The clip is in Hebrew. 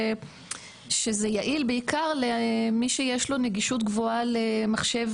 שזה יעיל בעיקר למי שיש לו נגישות גבוהה למחשב